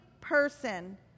person